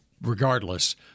regardless